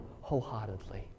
wholeheartedly